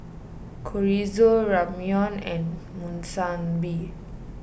Chorizo Ramyeon and Monsunabe